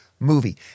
movie